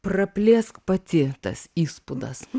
praplėsk pati tas įspūdas